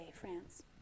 France